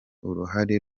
uruhare